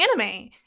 anime